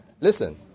listen